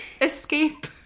escape